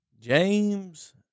James